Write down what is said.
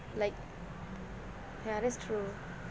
like ya that's true